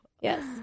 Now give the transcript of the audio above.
Yes